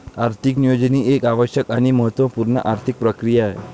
आर्थिक नियोजन ही एक आवश्यक आणि महत्त्व पूर्ण आर्थिक प्रक्रिया आहे